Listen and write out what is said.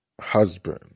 husband